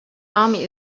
army